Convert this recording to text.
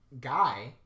guy